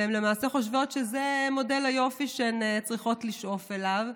והן חושבות שזה מודל יופי שהן צריכות לשאוף אליו,